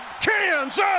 Kansas